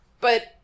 But-